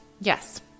yes